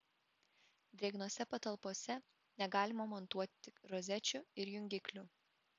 drėgnose patalpose negalima montuoti rozečių ir jungiklių